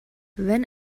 wenn